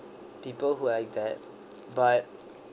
people who like that but